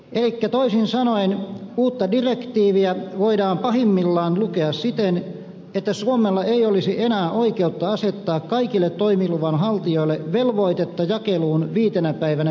elikkä toisin sanoen uutta direktiiviä voidaan pahimmillaan lukea siten että suomella ei olisi enää oikeutta asettaa kaikille toimiluvan haltijoille velvoitetta jakeluun viitenä päivänä viikossa